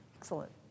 Excellent